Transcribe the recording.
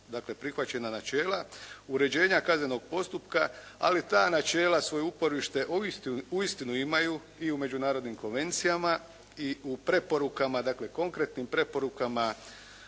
dakle prihvaćena načela uređenja kaznenog postupka, ali ta načela svoje uporište uistinu imaju i u međunarodnim konvencijama i u preporukama, dakle konkretnim preporukama